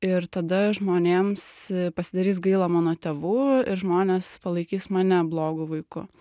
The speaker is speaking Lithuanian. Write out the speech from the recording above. ir tada žmonėms pasidarys gaila mano tėvų ir žmonės palaikys mane blogu vaiku